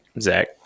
Zach